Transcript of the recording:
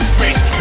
face